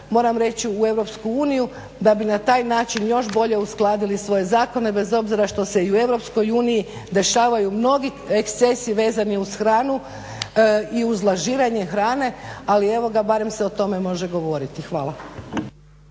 Europsku uniju da bi na taj način još bolje uskladili svoje zakone bez obzira što se i u Europskoj uniji dešavaju mnogi ekscesi vezani uz hranu i uz lažiranje hrane. Ali evo ga, barem se o tome može govoriti hvala.